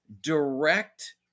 direct